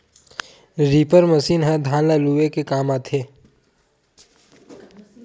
reaper machine ह धान ल लूए के काम आथे